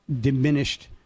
diminished